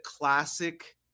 classic